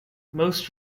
most